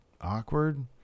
awkward